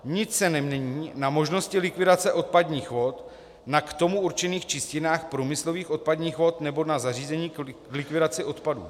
Nic se nemění na možnosti likvidace odpadních vod na k tomu určených čistírnách průmyslových odpadních vod nebo na zařízeních pro likvidaci odpadu.